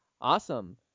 Awesome